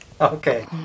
Okay